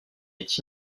est